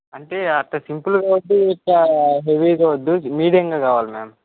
అంటే అంత సింపుల్గా వద్దు అంత హెవీగా వద్దు మీడియంగా కావాలి మ్యామ్